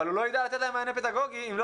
הוא לא יודע לתת להם מענה פדגוגי אם לא